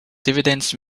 dividends